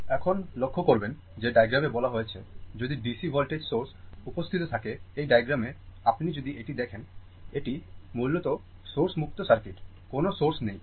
এখন লক্ষ্য করবেন যে ডায়াগ্রামে বলা হয়েছে যদি DC voltage সোর্স উপস্থিত থাকে এই ডায়াগ্রামে আপনি যদি এটি দেখেন এটি মূলত সোর্স মুক্ত সার্কিট কোন সোর্স নেই